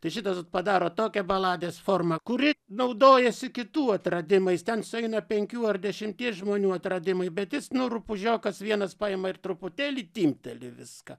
tai šitas padaro tokią baladės formą kuri naudojasi kitų atradimais ten sueina penkių ar dešimties žmonių atradimai bet jis nu rupūžiokas vienas paima ir truputėlį timpteli viską